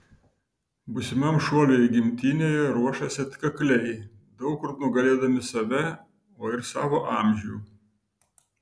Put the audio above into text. būsimam šuoliui į gimtinę jie ruošėsi atkakliai daug kur nugalėdami save o ir savo amžių